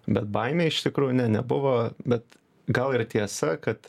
bet baimė iš tikrųjų ne nebuvo bet gal ir tiesa kad